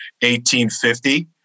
1850